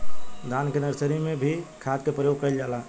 धान के नर्सरी में भी खाद के प्रयोग कइल जाला?